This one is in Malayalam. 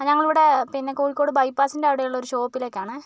ഞങ്ങളിവിടെ പിന്നെ കോഴിക്കോട് ബൈപ്പാസിൻ്റെ അവിടെയുള്ള ഒരു ഷോപ്പിലേക്കാണെ